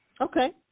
Okay